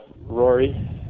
Rory